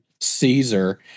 Caesar